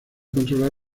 controlar